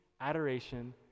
adoration